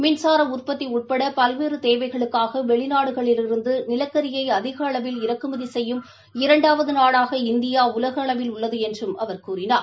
மின்சாரஉற்பத்திஉட்படபல்வேறுதேவைகளுக்காகவெளிநாடுகளிலிருந்துநிலக்கரியைஅதிகஅளவில் இறக்குமதிசெய்யும் இரண்டாவதுநாடாக இந்தியாஉலகில் உள்ளதுஎன்றும் அவர் கூறினார்